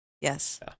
yes